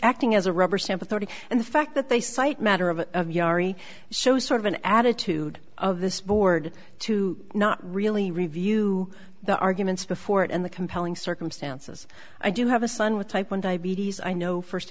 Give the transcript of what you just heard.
acting as a rubber stamp authority and the fact that they cite matter of yari so sort of an attitude of this board to not really review the arguments before it and the compelling circumstances i do have a son with type one diabetes i know